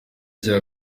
cya